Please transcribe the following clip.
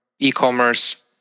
e-commerce